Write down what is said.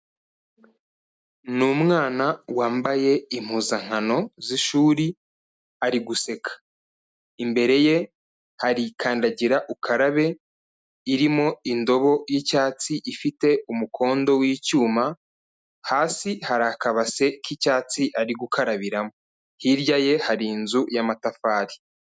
Ni umwana wambaye impuzankano z'ishuri ari guseka, imbere ye hari kandagira ukarabe irimo indobo y'icyatsi ifite umukondo w'icyuma, hasi hari akabase k'icyatsi ari gukarabiramo, hirya ye hari inzu y'amatafari.